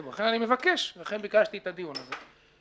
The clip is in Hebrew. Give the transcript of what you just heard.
לכן, ביקשתי את הדיון הזה.